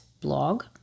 blog